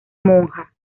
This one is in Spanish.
monja